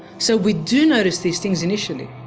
so we do notice these things initially,